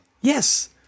Yes